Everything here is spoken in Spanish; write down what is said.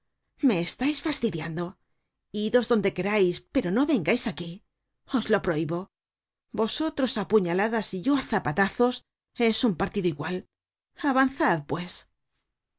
me estais fastidiando idos donde querais pero no vengais aquí os lo prohibo vosotros á puñaladas y yo á zapatazos es un partido igual avanzad pues